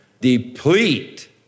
deplete